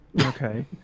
okay